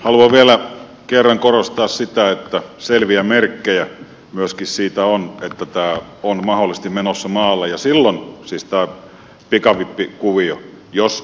haluan vielä kerran korostaa sitä että selviä merkkejä myöskin on siitä että tämä pikavippikuvio on mahdollisesti menossa maan alle silloin jos totaalikielto tulee